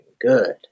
good